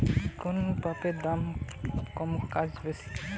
কোন পাম্পের দাম কম কাজ বেশি?